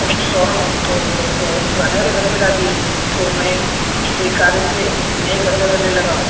post Sisauda तो वो पुराने वाले घर पर ला दिये वो लोग तो मैं किसी कार्य से नये घर में रहने लगा हूँ